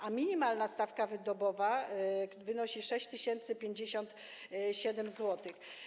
A minimalna stawka dobowa wynosi 6057 zł.